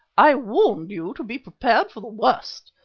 i warned you to be prepared for the worst.